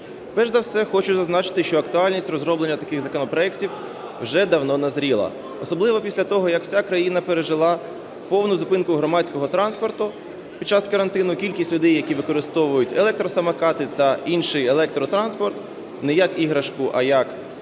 Перш за все, хочу зазначити, що актуальність розроблення таких законопроектів вже давно назріла, особливо після того, як вся країна пережила повну зупинку громадського транспорту під час карантину і кількість людей, які використовують електросамокати та інший електотранспорт не як іграшку, а як